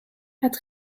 het